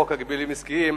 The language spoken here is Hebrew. חוק ההגבלים העסקיים,